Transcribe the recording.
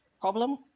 problem